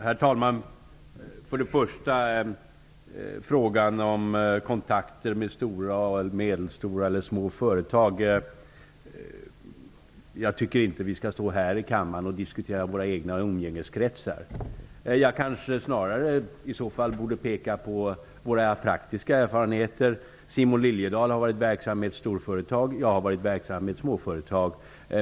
Herr talman! Först till frågan om kontakter med stora, medelstora eller små företag. Jag tycker inte att vi skall stå här i kammaren och diskutera våra egna umgängeskretsar. Jag kanske i så fall snarare borde peka på våra praktiska erfarenheter. Simon Liliedahl har varit verksam i ett storföretag, och jag har varit verksam i ett småföretag.